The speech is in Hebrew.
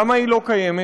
למה היא לא קיימת?